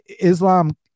Islam